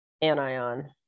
anion